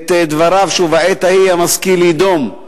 את דבריו, שבעת ההיא המשכיל יידום.